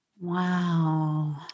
Wow